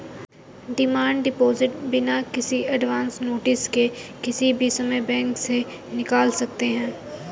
demand deposit बिना किसी advance notice के किसी भी समय बैंक से निकाल सकते है